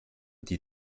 die